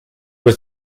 was